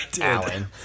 Alan